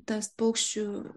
tas paukščių